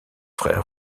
frère